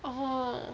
orh